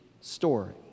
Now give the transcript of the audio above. story